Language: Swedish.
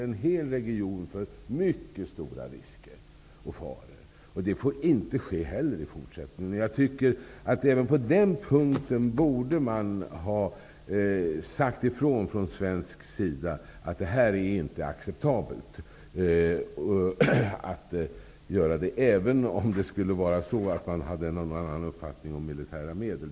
En hel region utsätts för mycket stora risker och faror, och inte heller det får förekomma i fortsättningen. Även på den punkten borde man från svensk sida ha sagt att detta inte är acceptabelt, även om en annan uppfattning skulle förekomma om militära medel.